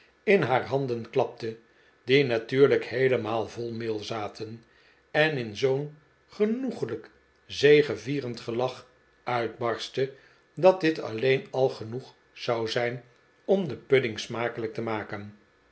in haar handen klapte die natuurlijk heelemaal vol meel zaten en in zoo'n genoeglijk zegevierend gelach uitbarstte dat dit alleen al genoeg zou zijn om den pudding smakelijk te maken